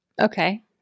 Okay